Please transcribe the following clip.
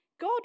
God